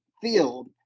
field